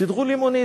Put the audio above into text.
סידרו לי מונית.